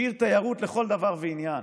שהיא עיר תיירות לכל דבר ועניין,